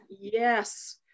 yes